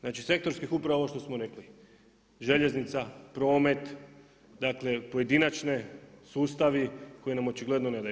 Znači sektorskih upravo ono što smo rekli, željeznica, promet, dakle, pojedinačne, sustavi, koji nam očigledno ne daju.